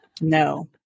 No